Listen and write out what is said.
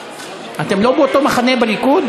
אתם לא באותו מחנה בליכוד,